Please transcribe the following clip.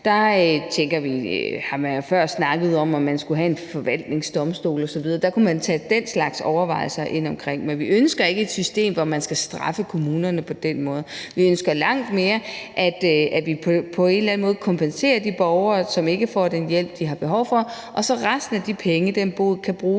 meget. Der har man jo før snakket om, om man skulle have en forvaltningsdomstol osv., og der kunne man tage den slags overvejelser med ind i det. Men vi ønsker ikke et system, hvor man skal straffe kommunerne på den måde. Vi ønsker langt mere, at vi på en eller anden måde kompenserer de borgere, som ikke får den hjælp, de har behov for, og så kan resten af de penge bruges